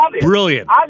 brilliant